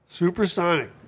Supersonic